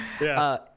Yes